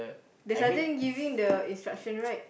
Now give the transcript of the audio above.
the sergeant giving the instruction right